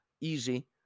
Easy